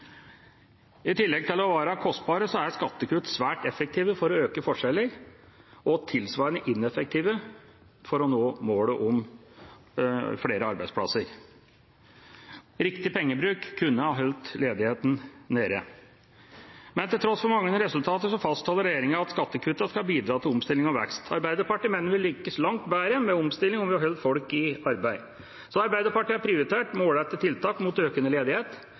I tillegg til å være kostbare er skattekutt svært effektive for å øke forskjeller, og tilsvarende ineffektive for å nå målet om flere arbeidsplasser. Riktig pengebruk kunne ha holdt ledigheten nede. Til tross for manglende resultater fastholder regjeringa at skattekuttene skal bidra til omstilling og vekst. Arbeiderpartiet mener vi lykkes langt bedre med omstilling om vi holder folk i arbeid. Så Arbeiderpartiet har prioritert målrettede tiltak mot økende ledighet,